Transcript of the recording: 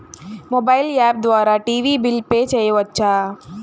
Mobile app ద్వారా TV bill pay చేయవచ్చా?